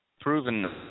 proven